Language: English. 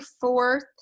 fourth